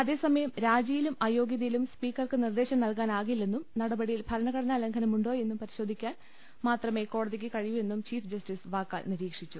അതേസമയം രാജിയിലും അയോഗ്യതയിലും സ്പീക്കർക്ക് നിർദേശം നൽകാനാകില്ലെന്നും നടപടിയിൽ ഭരണഘടനാ ലംഘ നമുണ്ടോയെന്ന് പരിശോധിക്കാൻ മാത്രമേ കോടതിക്ക് കഴിയൂ വെന്നും ചീഫ് ജസ്റ്റിസ് വാക്കാൽ നിരീക്ഷിച്ചു